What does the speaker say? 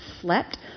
slept